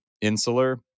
insular